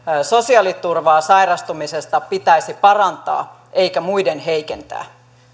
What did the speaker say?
sosiaaliturvaa sairastumisesta pitäisi parantaa eikä muiden heikentää